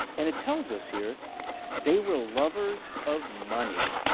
and it tells us here they were lovers of money.